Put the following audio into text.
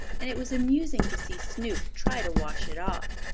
and it was amusing to see snoop try to wash it off.